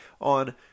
on